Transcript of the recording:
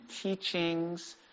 teachings